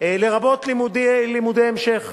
לרבות לימודי המשך.